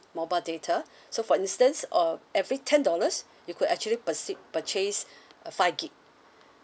mobile data so for instance uh every ten dollars you could actually per six purchase five gig